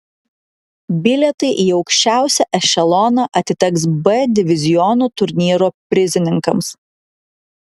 bilietai į aukščiausią ešeloną atiteks b diviziono turnyro prizininkams